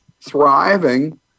thriving